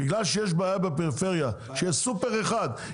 בגלל שיש בעיה בפריפריה שיש סופר אחד,